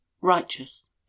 righteous